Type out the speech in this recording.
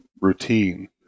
routine